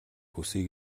хүсье